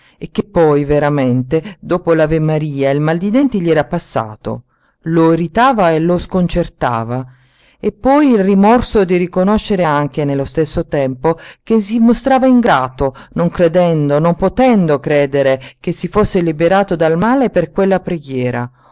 e che poi veramente dopo l'avemaria il mal di denti gli era passato lo irritava e lo sconcertava e poi il rimorso di riconoscere anche nello stesso tempo che si mostrava ingrato non credendo non potendo credere che si fosse liberato dal male per quella preghiera